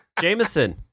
Jameson